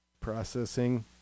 processing